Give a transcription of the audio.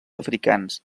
africans